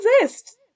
exist